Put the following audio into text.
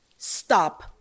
Stop